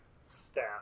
staff